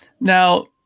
Now